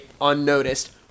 unnoticed